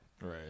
right